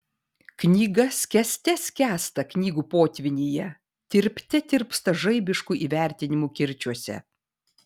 knyga skęste skęsta knygų potvynyje tirpte tirpsta žaibiškų įvertinimų kirčiuose